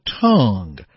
tongue